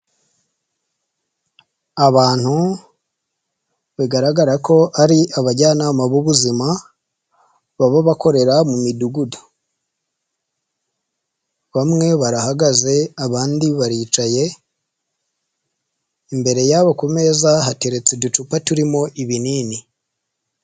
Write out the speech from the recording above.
Abantu bigaragara ko ari abajyanama b'ubuzima baba bakorera mu midugudu. Bamwe barahagaze abandi baricaye. Imbere yabo ku meza hateretse uducupa turimo ibinini.